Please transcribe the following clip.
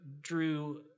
drew